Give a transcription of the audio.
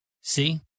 See